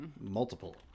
Multiple